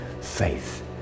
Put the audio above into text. faith